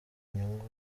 nyungu